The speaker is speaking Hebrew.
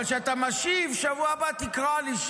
אבל כשאתה משיב בשבוע הבא תקרא לי,